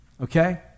okay